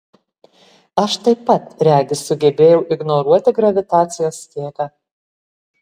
aš taip pat regis sugebėjau ignoruoti gravitacijos jėgą